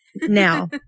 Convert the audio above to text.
Now